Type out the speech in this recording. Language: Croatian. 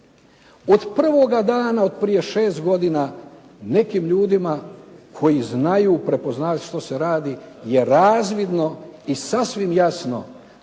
Od prvoga dana od prije šest godina, nekim ljudima koji znaju prepoznavat šta se radi je razvidno i sasvim jasno